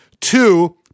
Two